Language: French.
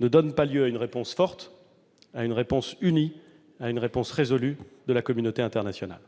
ne donnent pas lieu à une réponse forte, à une réponse unie, à une réponse résolue de la communauté internationale.